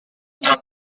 doit